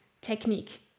technique